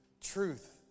Truth